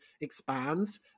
expands